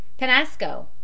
Penasco